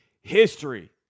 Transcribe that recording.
history